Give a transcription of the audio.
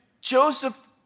Joseph